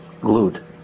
glued